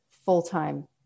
full-time